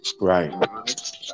right